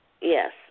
yes